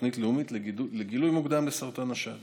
תוכנית לאומית לגילוי מוקדם של סרטן השד